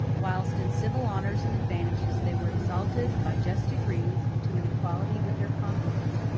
whilst in civil honors and advantages they were exalted, by just degrees, to an equality with their conquerors.